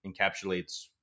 encapsulates